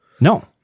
no